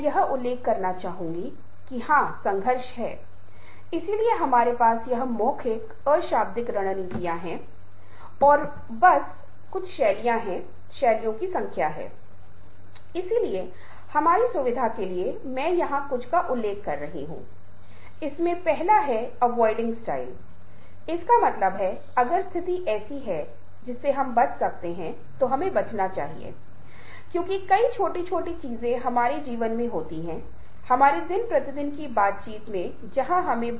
मुझे उम्मीद है कि आप इस क्षेत्र में मेरे बहुत ही संक्षिप्त परिचय से लाभान्वित हुए हैं जहाँ मैं कम से कम आपको इस तथ्य से परिचित कराना चाहता था कि यह एक ऐसा क्षेत्र है जो बहुत प्रासंगिक है चाहे हम फेसबुक के बारे में बात कर रहे हों चाहे हम ट्विटर के बारे में बात कर रहे हों जिस तरह से वे हमारे जीवन को महत्वपूर्ण रूप से प्रभावित करते हैं